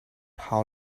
how